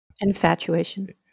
Infatuation